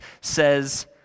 says